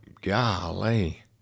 golly